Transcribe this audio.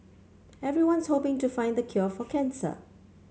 everyone's hoping to find the cure for cancer